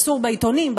אסור בעיתונים,